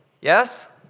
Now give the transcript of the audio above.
Yes